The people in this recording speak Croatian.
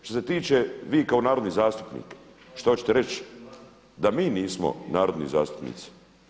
Što se tiče, vi kako narodni zastupnik šta hoćete reći da mi nismo narodni zastupnici?